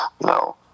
No